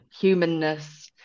humanness